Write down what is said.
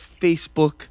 Facebook